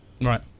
Right